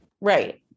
Right